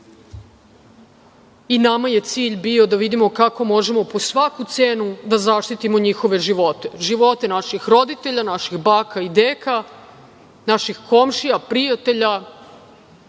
i nama je cilj bio da vidimo kako možemo po svaku cenu da zaštitimo njihove živote, živote naših roditelja, naših baka i deka, naših komšija, prijatelja,